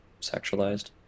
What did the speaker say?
sexualized